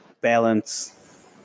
balance